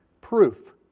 Proof